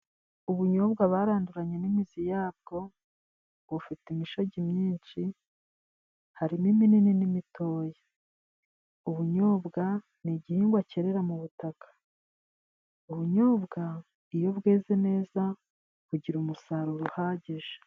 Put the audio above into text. Ubunyobwa baranduranye n'imizi yabwo, bufite imishogi myinshi harimo iminini n'imitoya ubunyobwa n'igihingwa cyera mu butaka, ubunyobwa iyo bweze neza bugira umusaruro uhagije.